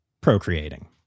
procreating